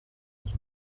his